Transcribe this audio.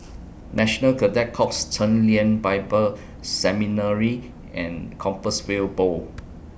National Cadet Corps Chen Lien Bible Seminary and Compassvale Bow